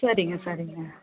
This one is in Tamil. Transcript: சரிங்க சரிங்க